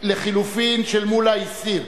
לחלופין של מולה, הסיר.